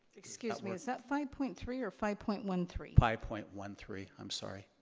excuse me, is that five point three or five point one three? five point one three, i'm sorry.